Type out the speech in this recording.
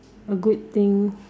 a good thing